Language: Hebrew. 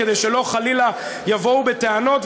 כדי שלא חלילה יבואו בטענות.